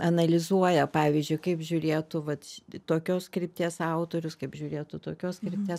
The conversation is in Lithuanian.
analizuoja pavyzdžiui kaip žiūrėtų vat tokios krypties autorius kaip žiūrėtų tokios krypties